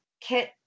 Kit